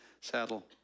saddle